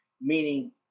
Meaning